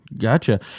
Gotcha